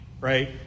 right